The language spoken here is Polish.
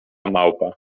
małpa